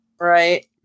Right